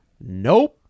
nope